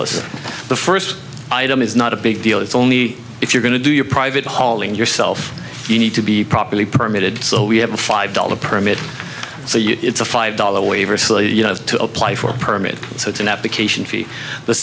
us the first item is not a big deal it's only if you're going to do your private hauling yourself you need to be properly permitted so we have a five dollars permit so you it's a five dollar waiver slee you have to apply for a permit so it's an application fee the